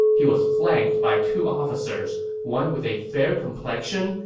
he was flanked by two officers, one with a fair complexion,